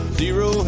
zero